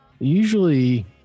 usually